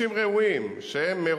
2005,